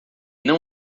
não